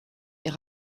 est